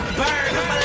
burn